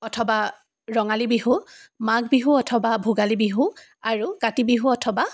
অথবা ৰঙালী বিহু মাঘ বিহু অথবা ভোগালী বিহু আৰু কাতি বিহু অথবা